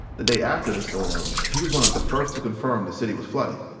the day after the storm, he was one of the first to confirm the city was flooding.